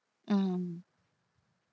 um